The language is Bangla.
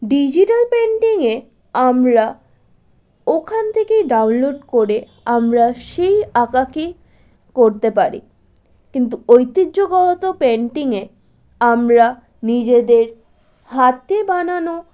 ডিজিটাল পেন্টিংয়ে আমরা ওখান থেকেই ডাউনলোড করে আমরা সেই আঁকাকে করতে পারি কিন্তু ঐতিহ্যগত পেন্টিংয়ে আমরা নিজেদের হাতে বানানো